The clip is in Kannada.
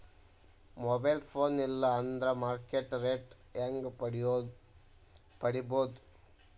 ಮೊಬೈಲ್ ಫೋನ್ ಇಲ್ಲಾ ಅಂದ್ರ ಮಾರ್ಕೆಟ್ ರೇಟ್ ಹೆಂಗ್ ಪಡಿಬೋದು?